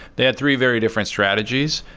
they had three very different strategies.